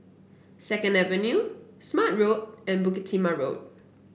Second Avenue Smart Road and Bukit Timah Road